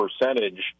percentage